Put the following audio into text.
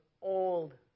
old